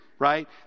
right